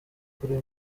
kuri